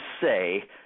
say